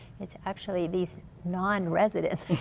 it's actually these nonresidents